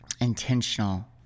intentional